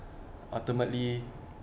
ultimately